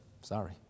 Sorry